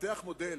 התפתח מודל